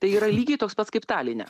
tai yra lygiai toks pats kaip taline